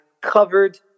covered